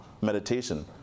meditation